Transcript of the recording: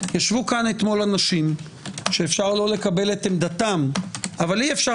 ישבו פה אתמול אנשים שאפשר לא לקבל את עמדתם אבל אי אפשר